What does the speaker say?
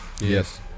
Yes